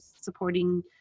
supporting